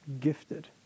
gifted